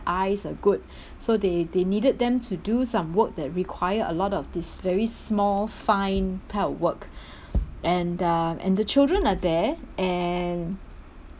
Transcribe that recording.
eyes are good so they they needed them to do some work that require a lot of this very small fine type of work and um and the children are there and